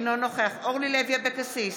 אינו נוכח אורלי לוי אבקסיס,